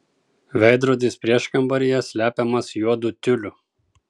veidrodis prieškambaryje slepiamas juodu tiuliu